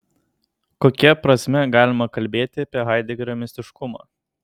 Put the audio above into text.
kokia prasme galima kalbėti apie haidegerio mistiškumą